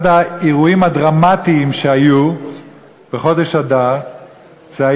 אחד האירועים הדרמטיים שהיו בחודש אדר היה